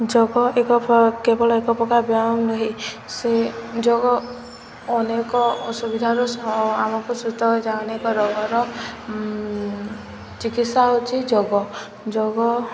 ଯୋଗ ଏକ କେବଳ ଏକ ପ୍ରକାର ବ୍ୟାୟାମ ନୁହେଁ ସେ ଯୋଗ ଅନେକ ଅସୁବିଧାରୁ ଆମକୁ ଅନେକ ଏକ ରୋଗର ଚିକିତ୍ସା ହେଉଛି ଯୋଗ ଯୋଗ